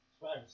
Right